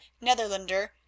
netherlander